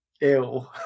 Ew